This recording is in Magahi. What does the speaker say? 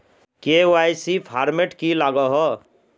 के.वाई.सी फॉर्मेट की लागोहो?